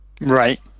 right